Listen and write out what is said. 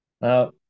now